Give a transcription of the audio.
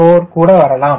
4 கூட இருக்கலாம்